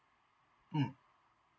mm